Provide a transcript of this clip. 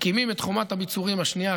מקימים את חומת הביצורים השנייה,